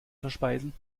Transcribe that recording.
verspeisen